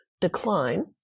decline